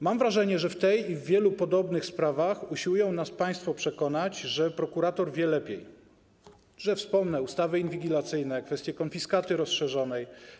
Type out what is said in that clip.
Mam wrażenie, że w tej i w wielu podobnych sprawach usiłują nas państwo przekonać, że prokurator wie lepiej - że wspomnę ustawy inwigilacyjne, kwestię konfiskaty rozszerzonej.